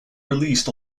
released